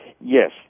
Yes